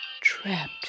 trapped